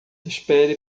espere